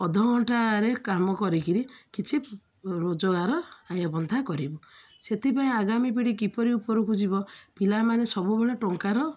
ଅଧଘଣ୍ଟାରେ କାମ କରିକିରି କିଛି ରୋଜଗାର ଆୟବନ୍ଧା କରିବୁ ସେଥିପାଇଁ ଆଗାମୀ ପିଢ଼ି କିପରି ଉପରକୁ ଯିବ ପିଲାମାନେ ସବୁବେଳେ ଟଙ୍କାର